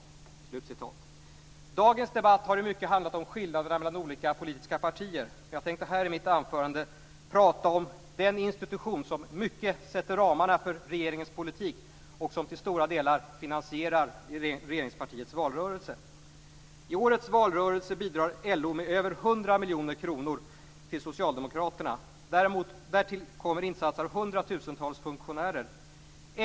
Dagens debatt har ju mycket handlat om skillnaden mellan olika politiska partier. Jag tänker i mitt anförande tala om den institution som mycket sätter ramarna för regeringens politik och som till stora delar finansierar regeringspartiets valrörelse. I årets valrörelse bidrar LO med över 100 miljoner kronor till Socialdemokraterna. Därtill kommer insatser av hundratusentals funktionärer.